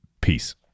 Peace